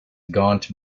gaunt